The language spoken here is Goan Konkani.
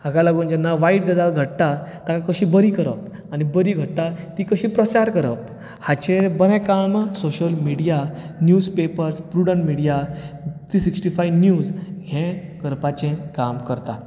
हाका लागून जेन्ना वायट गजाल घडटा ताका कशी बरी करप आनी बरी घडटा ती कशी प्रचार करप हाचेर बरें काम social media newspapers prudent media three sixty five news हें करपाचें काम करता